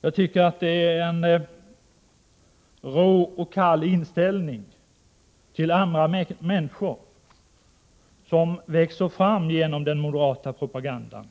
Jag tycker att det är en rå och kall inställning till andra människor som växer fram genom den moderata propagandan,